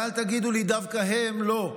ואל תגידו לי: דווקא הם לא.